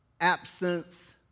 absence